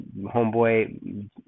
homeboy